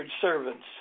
servants